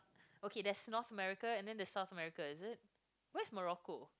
okay there's North America and then there's South America is it where's Morocco